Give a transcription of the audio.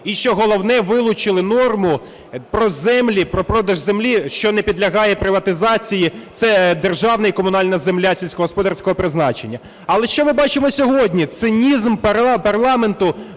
І, що головне, вилучили норму про землі, про продаж землі, що не підлягає приватизації, це державна і комунальна земля сільськогосподарського призначення. Але, що ми бачимо сьогодні? Цинізм парламенту